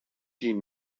die